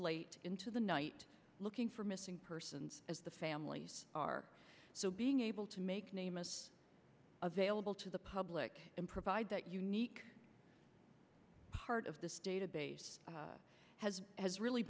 late into the night looking for missing persons as the families are so being able to make a name is available to the public and provide that unique part of this database has has really